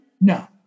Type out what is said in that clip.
No